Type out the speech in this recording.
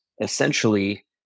essentially